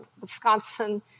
Wisconsin